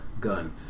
Gun